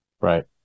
right